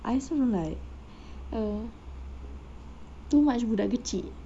I also don't like err too much budak kecil